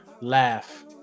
Laugh